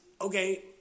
okay